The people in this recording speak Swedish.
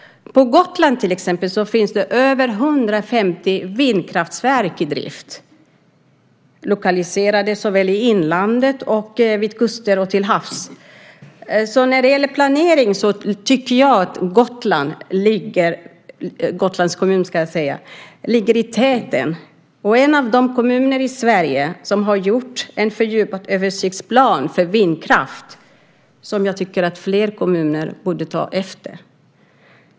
På Gotland finns det över 150 vindkraftverk i drift. De är lokaliserade såväl i inlandet som vid kuster och till havs. När det gäller planering tycker jag att Gotlands kommun ligger i täten. Det är en av de kommuner i Sverige som har gjort en fördjupad översiktsplan för vindkraft som jag tycker att fler kommuner borde ta efter.